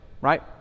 right